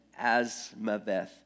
Asmaveth